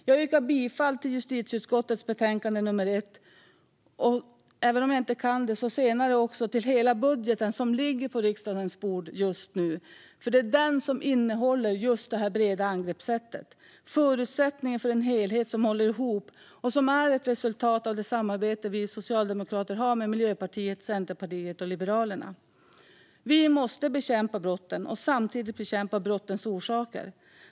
Jag yrkar bifall till förslaget i betänkandet 2020/21:JuU1. Även om jag inte kan det yrkar jag också bifall till hela den budget som ligger på riksdagens bord just nu, för det är den som innehåller just det här breda angreppssättet, förutsättningen för en helhet som håller ihop och som är ett resultat av det samarbete vi socialdemokrater har med Miljöpartiet, Centerpartiet och Liberalerna. Vi måste bekämpa brotten och samtidigt bekämpa brottens orsaker.